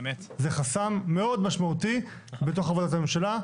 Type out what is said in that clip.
זה חסם מאוד משמעותי בתוך עבודת הממשלה,